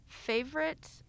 Favorite